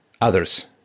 others